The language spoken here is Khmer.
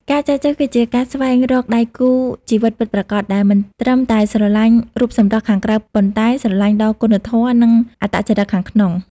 ការចែចូវគឺជាការស្វែងរក "ដៃគូជីវិតពិតប្រាកដ" ដែលមិនត្រឹមតែស្រឡាញ់រូបសម្រស់ខាងក្រៅ ប៉ុន្តែស្រឡាញ់ដល់គុណធម៌ និងអត្តចរិតខាងក្នុង។